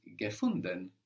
gefunden